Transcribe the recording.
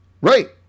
Right